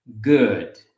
good